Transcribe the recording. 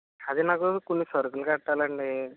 అదే నాకు కొన్ని సరుకులు కట్టాలండి